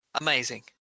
amazing